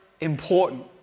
important